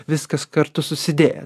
viskas kartu susidėję